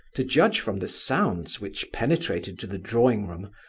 to judge from the sounds which penetrated to the drawing-room,